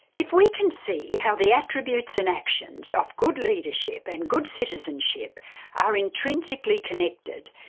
if we can see how the attributes and actions of good leadership and good citizenship are intrinsically connected,